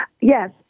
Yes